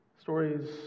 stories